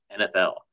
NFL